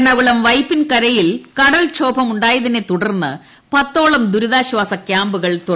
എറണാകുളം വൈപ്പിൻ കരയിൽ കടൽക്ഷോഭമുണ്ടായതിനെ തുടർന്ന് പത്തോളം ദുരിതാശ്വാസ ക്യാമ്പുകൾ തുടർന്നു